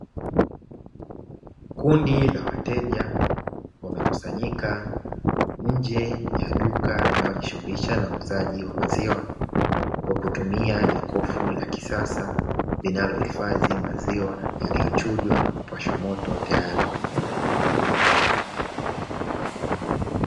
Kundi la wateja wamekusanyika nje ya duka linalojishughulisha na uuzaji wa maziwa, kwa kutumia jokofu la kisasa, linalohifadhi maziwa yaliyochujwa na kupashwa moto tayari kwa kunywa.